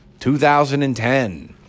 2010